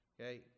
Okay